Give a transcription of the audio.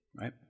right